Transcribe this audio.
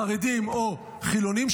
חרדים או חילונים,